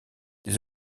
des